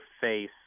face